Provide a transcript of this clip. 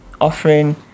offering